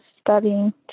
studying